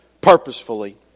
purposefully